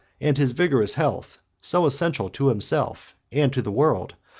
and his vigorous health, so essential to himself and to the world,